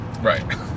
right